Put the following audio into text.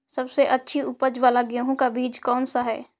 सबसे अच्छी उपज वाला गेहूँ का बीज कौन सा है?